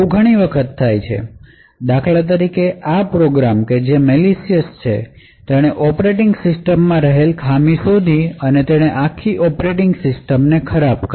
આવું ઘણી વખત થાય છે દાખલા તરીકે આ પ્રોગ્રામ કે જે મેલિશયસ છે તેણે ઓપરેટિંગ સિસ્ટમ માં રહેલ ખામી શોધી અને તેણે આખી ઓપરેટિંગ સિસ્ટમ ને ખરાબ કરી